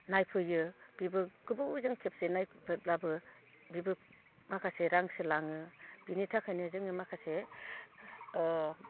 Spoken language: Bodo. नायफैयो बेबो गोबावजों खेबसे नायफैब्लाबो बिबो माखासे रांसो लाङो बेनि थाखायनो जोङो माखासे